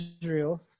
israel